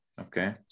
Okay